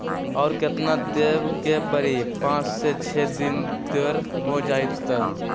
और केतना देब के परी पाँच से छे दिन देर हो जाई त?